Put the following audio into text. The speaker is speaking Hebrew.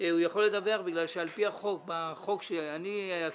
הוא יכול לדווח משום שעל פי החוק חוק שאני עשיתי,